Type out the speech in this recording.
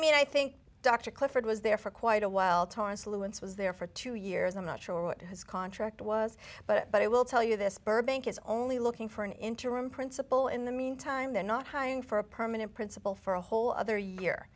mean i think dr clifford was there for quite a while tara saloons was there for two years i'm not sure what his contract was but i will tell you this burbank is only looking for an interim principal in the meantime they're not hiring for a permanent principal for a whole other year